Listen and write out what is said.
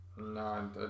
No